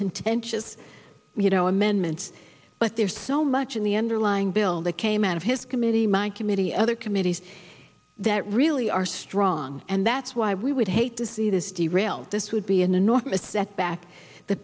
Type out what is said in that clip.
contentious you know amendments but there's so much in the underlying bill that came out of his committee my committee other committees that really are strong and that's why we would hate to see this derail this would be an enormous that back th